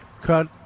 cut